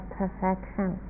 perfection